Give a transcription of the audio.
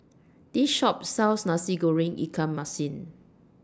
This Shop sells Nasi Goreng Ikan Masin